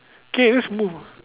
K let's move